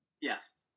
Yes